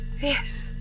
Yes